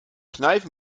kneif